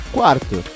Quarto